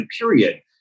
period